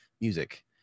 music